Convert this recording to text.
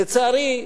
לצערי,